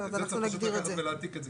את זה צריך לקחת ולהעתיק את זה.